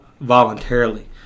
voluntarily